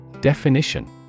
Definition